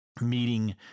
meeting